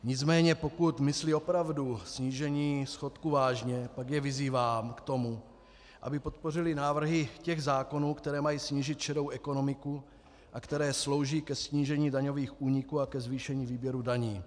Nicméně pokud myslí opravdu snížení schodku vážně, pak je vyzývám k tomu, aby podpořili návrhy těch zákonů, které mají snížit šedou ekonomiku a které slouží ke snížení daňových úniků a ke zvýšení výběru daní.